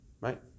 Right